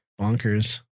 bonkers